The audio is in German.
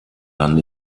dann